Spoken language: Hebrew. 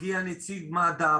מגיע נציג מד"א,